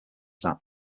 that